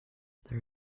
there